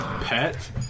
pet